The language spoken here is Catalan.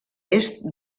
est